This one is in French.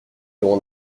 loin